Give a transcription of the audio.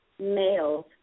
males